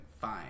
fine